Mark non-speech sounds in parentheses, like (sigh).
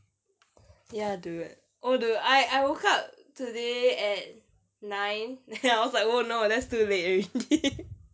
ya dude oh dude I I woke up today at nine then I was like oh no that's too late already (laughs)